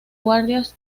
guardias